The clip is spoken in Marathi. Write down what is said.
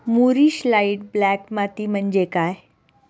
मूरिश लाइट ब्लॅक माती म्हणजे काय?